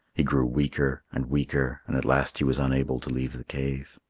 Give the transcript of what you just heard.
he grew weaker and weaker, and at last he was unable to leave the cave.